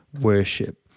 worship